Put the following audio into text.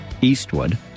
Eastwood